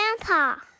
Grandpa